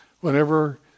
Whenever